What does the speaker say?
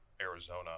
Arizona